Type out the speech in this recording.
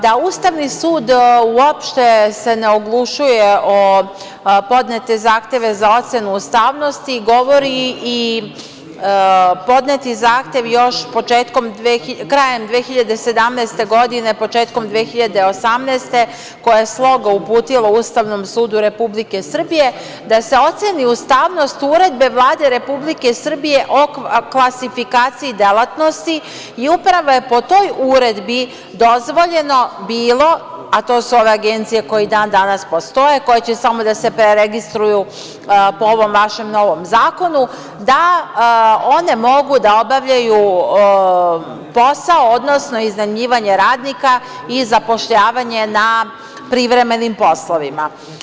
Da se Ustavni sud uopšte ne oglušuje o podnete zahteve za ocenu ustavnosti, govori i podneti zahtev krajem 2017. godine, početkom 2018. godine, koje je „Sloga“ uputila Ustavnom sudu Republike Srbije, da se oceni ustavnost Uredbe Vlade Republike Srbije o klasifikaciji delatnosti i Uprava je po toj uredbi, dozvoljeno bilo, a to su ove agencije koje i dan danas postoje, koje će samo da se preregistruju po ovom vašem novom zakonu, da one mogu da obavljaju posao odnosno iznajmljivanje radnika i zapošljavanje na privremenim poslovima.